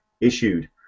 issued